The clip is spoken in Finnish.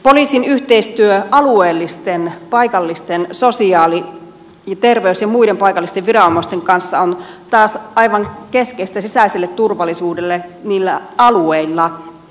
poliisin yhteistyö alueellisten paikallisten sosiaali terveys ja muiden paikallisten viranomaisten kanssa taas on aivan keskeistä sisäiselle turvallisuudelle niillä alueilla